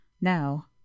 Now